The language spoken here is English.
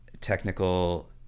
technical